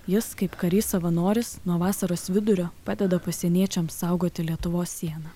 jis kaip karys savanoris nuo vasaros vidurio padeda pasieniečiams saugoti lietuvos sieną